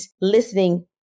listening